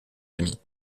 amis